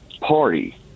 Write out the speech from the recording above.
party